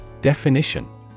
Definition